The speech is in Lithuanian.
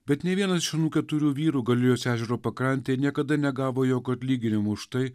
bet nė vienas iš anų keturių vyrų galilėjos ežero pakrantėje niekada negavo jokio atlyginimo už tai